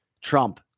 Trump